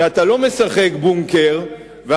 כשאתה לא משחק "בונקר" לא בטוח,